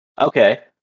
Okay